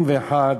ב-21